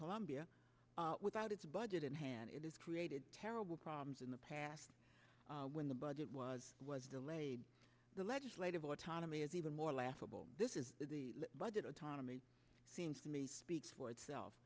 columbia without its budget in hand it is created terrible problems in the past when the budget was was delayed the legislative autonomy is even more laughable this is did autonomy seems to me speaks for itself